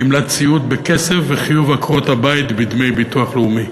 גמלת סיעוד בכסף וחיוב עקרות-הבית בדמי ביטוח לאומי.